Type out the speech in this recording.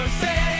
say